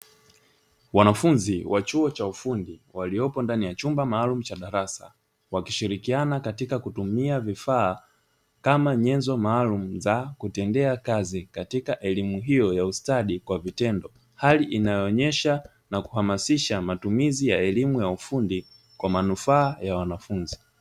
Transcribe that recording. Wanafunzi wa chuo cha ufundi, waliopo ndani ya chumba maalumu cha darasa, wakishirikiana katika kutumia vifaa kama nyenzo maalumu za kutendea kazi katika elimu hiyo ya ustadi kwa vitendo. Hali inayoonyesha na kuhamasisha matumizi ya elimu ya ufundi, kwa manufaa ya wanafunzi.